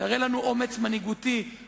תראה לנו אומץ מנהיגותי,